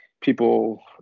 people